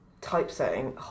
typesetting